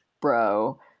bro